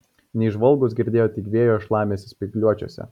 neįžvalgūs girdėjo tik vėjo šlamesį spygliuočiuose